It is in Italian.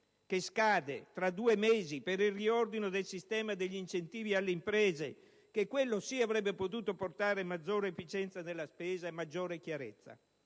che scade tra due mesi per il riordino del sistema degli incentivi alle imprese che, quello sì, avrebbe potuto portare maggiore efficienza nella spesa e maggiore chiarezza.